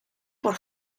por